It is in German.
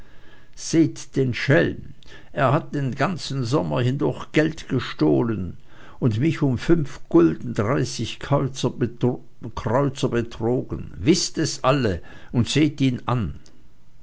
seht den schelm er hat den ganzen sommer hindurch geld gestohlen und mich um fünf gulden dreißig kreuzer betrogen wißt es alle und seht ihn an